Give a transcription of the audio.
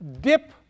dip